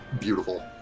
beautiful